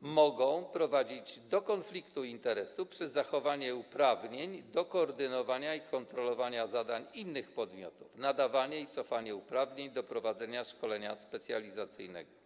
mogą prowadzić do konfliktu interesów przez zachowanie uprawnień do koordynowania i kontrolowania zadań innych podmiotów, nadawanie i cofanie uprawnień do prowadzenia szkolenia specjalizacyjnego.